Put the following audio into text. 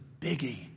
biggie